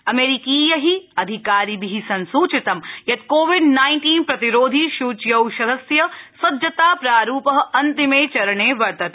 अमेरिकीयै अधिकारिभि संसूचितम् यत् कोविड नाइन्टीन् प्रतिरोधी सूच्यौषधस्य सज्जता प्रारुप अन्तिमे चरणे वर्तते